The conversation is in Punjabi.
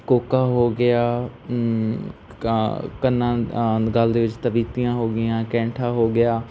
ਕੋਕਾ ਹੋ ਗਿਆ ਕਾ ਕੰਨਾਂ ਗਲ ਦੇ ਵਿੱਚ ਤਬੀਤੀਆਂ ਹੋ ਗਈਆਂ ਕੈਂਠਾ ਹੋ ਗਿਆ